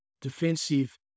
defensive